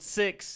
six